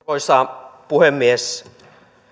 arvoisa puhemies